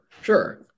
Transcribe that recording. sure